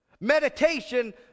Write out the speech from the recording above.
Meditation